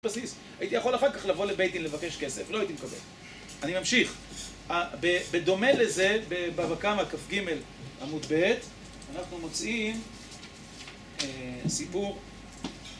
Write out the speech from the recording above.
הייתי יכול אחר כך לבוא לבית דין לבקש כסף, לא הייתי מקבל. אני ממשיך. בדומה לזה, בבבא קמא כ"ג עמוד ב' אנחנו מוצאים סיפור